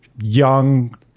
young